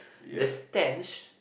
the stench